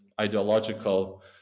ideological